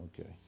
okay